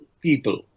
people